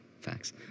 Facts